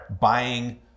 buying